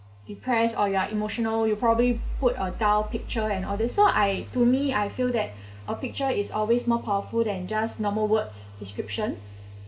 depressed or you are emotional you probably put a dull picture and all these so I to me I feel that a picture is always more powerful than just normal words description